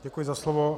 Děkuji za slovo.